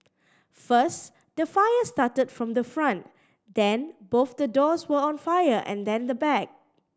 first the fire started from the front then both the doors were on fire and then the back